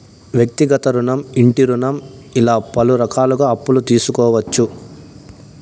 వ్యక్తిగత రుణం ఇంటి రుణం ఇలా పలు రకాలుగా అప్పులు తీసుకోవచ్చు